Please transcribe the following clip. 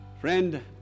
Friend